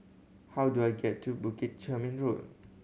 how do I get to Bukit Chermin Road